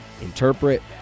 interpret